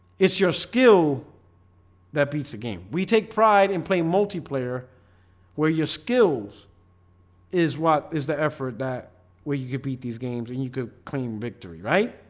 it's your skill that beats the game we take pride and play multiplayer where your skills is? what is the effort that where you can beat these games and you could clean victory, right?